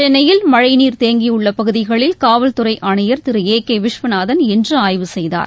சென்னையில் மழைநீர் தேங்கியுள்ள பகுதிகளில் காவல்துறை ஆணையர் திரு ஏ கே விஸ்வநாதன் இன்று ஆய்வு செய்தார்